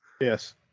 Yes